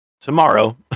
tomorrow